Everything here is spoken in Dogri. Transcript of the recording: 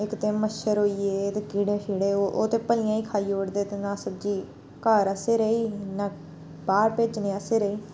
इक ते मच्छर होई गे कीड़े छीड़े ओह् ते भलेआं गै खाई ओड़दे ते ना सब्जी घर आस्तै रेही ना बाह्र भेजने आस्तै रेही